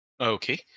Okay